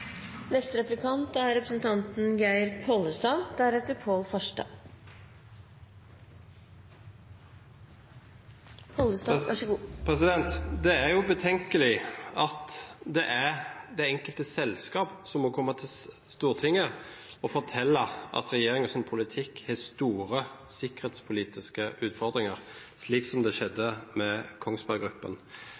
Det er betenkelig at det er det enkelte selskap som må komme til Stortinget og fortelle at regjeringens politikk har store sikkerhetspolitiske utfordringer, slik som det skjedde med